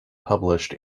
published